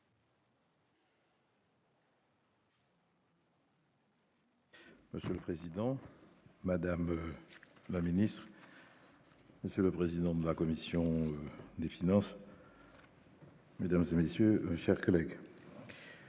Monsieur le Président, Madame la Ministre, Monsieur le président de la commission des finances. De Monsieur messieurs, chers collègues.